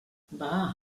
bah